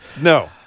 No